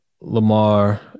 Lamar